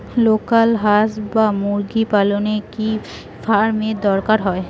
Local হাস বা মুরগি পালনে কি ফার্ম এর দরকার হয়?